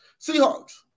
Seahawks